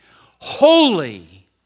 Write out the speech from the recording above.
holy